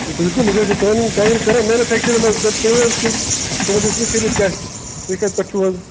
بلکُل أسۍ حظ کانٛگرِ کٲم کران میٚنفیٚکچَر مَنٛز تُہۍ ؤنِو حظ تُہُنٛس اسمِ شریٖف کیاہ چھُ تُہۍ کتہِ پیٚٹھ چھِو حظ